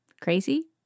Crazy